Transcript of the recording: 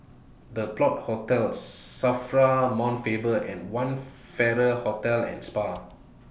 The Plot Hostels SAFRA Mount Faber and one Farrer Hotel and Spa